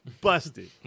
busted